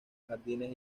jardines